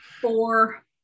Four